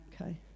Okay